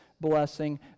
blessing